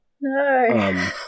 No